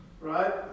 right